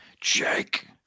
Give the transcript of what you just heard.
Jake